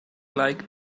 like